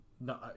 no